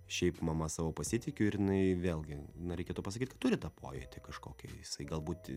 šiaip mama savo pasitikiu ir jinai vėlgi reikėtų pasakyt kad turi tą pojūtį kažkokį jisai galbūt